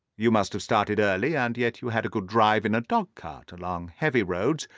you must have started early, and yet you had a good drive in a dog-cart, along heavy roads,